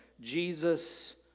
Jesus